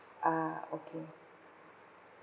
ah okay